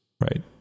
right